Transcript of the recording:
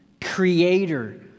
creator